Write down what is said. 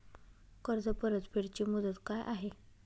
कर्ज परतफेड ची मुदत काय आहे?